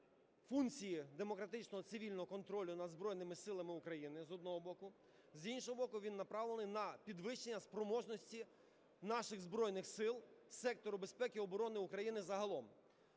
функцій демократичного цивільного контролю над Збройними Силами України, з одного боку. З іншого боку, він направлений на підвищення спроможності наших Збройних Сил, сектору безпеки оборони України загалом.